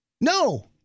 No